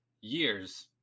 Years